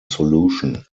solution